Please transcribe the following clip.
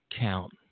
count